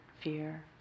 fear